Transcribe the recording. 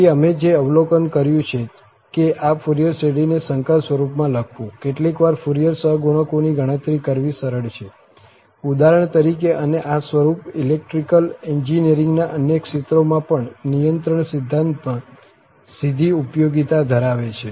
તેથી અમે જે અવલોકન કર્યું છે કે આ ફુરિયર શ્રેઢીને સંકર સ્વરૂપમાં લખવું કેટલીકવાર ફુરિયર સહગુણકની ગણતરી કરવી સરળ છે ઉદાહરણ તરીકે અને આ સ્વરૂપ ઇલેક્ટ્રીકલ એન્જિનિયરિંગના અન્ય ક્ષેત્રોમાં પણ નિયંત્રણ સિદ્ધાંતમાં સીધી ઉપયોગીતા ધરાવે છે